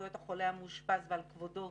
זכויות החולה המאושפז וכבודו,